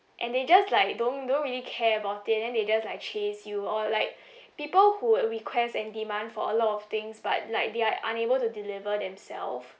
and they just like don't don't really care about it and then they just like chase you or like people who request and demand for a lot of things but like they are unable to deliver themselves